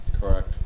Correct